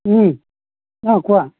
অঁ কোৱা